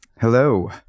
Hello